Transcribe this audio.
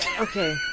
Okay